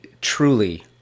truly